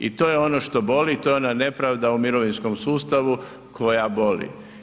I to je ono što boli, to je ona nepravda u mirovinskom sustavu koja boli.